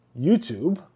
YouTube